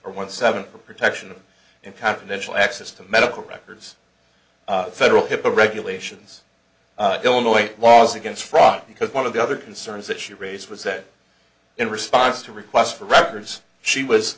or one seven for protection and confidential access to medical records federal hipaa regulations illinois laws against fraud because one of the other concerns that you raise was that in response to requests for records she was